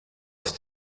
auf